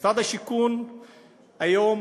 משרד השיכון היום